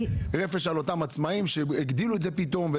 רפש על אותם עצמאים שהגדילו את זה פתאום.